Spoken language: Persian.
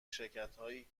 شرکتهایی